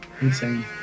insane